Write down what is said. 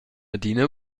adina